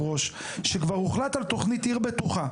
ראש שכבר הוחלט על תוכנית ׳עיר בטוחה׳.